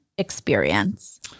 Experience